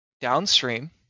downstream